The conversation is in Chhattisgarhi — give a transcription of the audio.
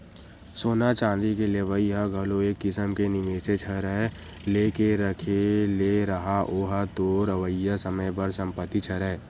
सोना चांदी के लेवई ह घलो एक किसम के निवेसेच हरय लेके रख ले रहा ओहा तोर अवइया समे बर संपत्तिच हरय